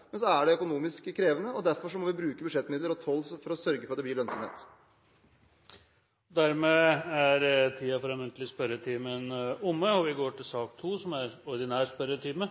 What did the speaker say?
det. Men det er økonomisk krevende. Derfor må vi bruke budsjettmidler og toll for å sørge for at det blir lønnsomt. Dermed er den muntlige spørretimen omme, og vi går videre til den ordinære spørretimen.